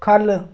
ख'ल्ल